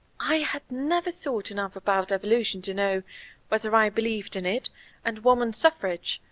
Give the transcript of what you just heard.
i had never thought enough about evolution to know whether i believed in it and woman's suffrage.